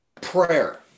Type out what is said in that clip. prayer